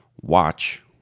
watch